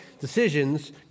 decisions